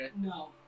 No